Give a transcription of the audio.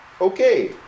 okay